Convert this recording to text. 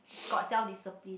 got self discipline